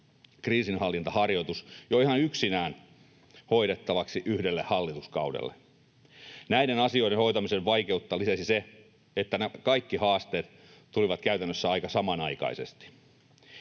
kriisinhallintaharjoitus jo ihan yksinään hoidettavaksi yhdelle hallituskaudelle, ja näiden asioiden hoitamisen vaikeutta lisäsi se, että nämä kaikki haasteet tulivat käytännössä aika samanaikaisesti.